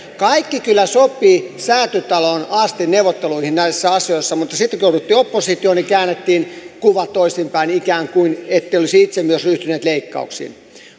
kaikki kyllä sopi säätytalon neuvotteluihin asti näissä asioissa mutta sitten kun jouduttiin oppositioon niin käännettiin kuva toisin päin ikään kuin ette olisi itse myös ryhtyneet leikkauksiin